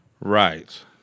Right